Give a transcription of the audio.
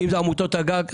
אם אלה עמותות הגג,